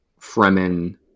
fremen